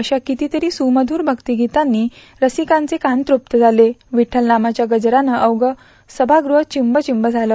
अशा कितीतरी सुमधर भक्तीगीतांनी रसिकांचे कान तप्त झाले विठठल नामाच्या गजराने अवधे सभागह चिबं चिंब झालं